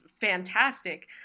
fantastic